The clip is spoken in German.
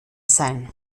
sein